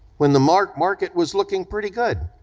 when the market market was looking pretty good.